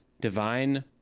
divine